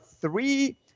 three